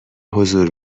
حضور